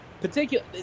particular